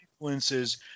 influences